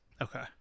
Okay